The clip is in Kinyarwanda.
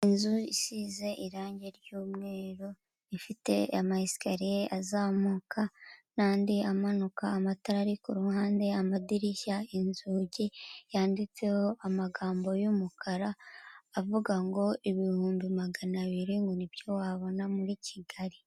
Inzu isize irangi ry'umweru, ifite ama esikariye azamuka n'andi amanuka, amatara ari kuruhande, amadirishya, inzugi, yanditseho amagambo y'umukara avuga ngo ibihumbi magana abiri ngo nibyo wabona muri kigali.